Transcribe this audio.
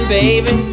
baby